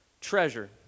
Treasure